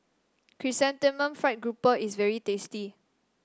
Chrysanthemum Fried Grouper is very tasty